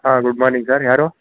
ಹಾಂ good morning sir ಯಾರು